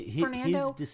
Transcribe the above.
Fernando